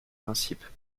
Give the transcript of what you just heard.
principes